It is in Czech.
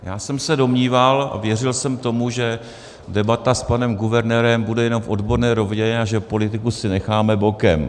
Já jsem se domníval a věřil jsem tomu, že debata s panem guvernérem bude jenom v odborné rovině a že politiku si necháme bokem.